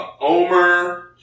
omer